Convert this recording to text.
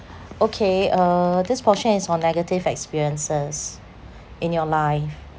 okay uh this portion is on negative experiences in your life